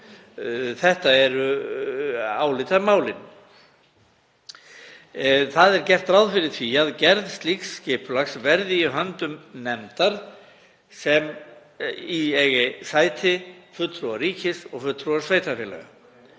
Þetta eru álitamálin. Gert er ráð fyrir því að gerð slíks skipulags verði í höndum nefndar sem í eigi sæti fulltrúar ríkis og fulltrúar sveitarfélaga.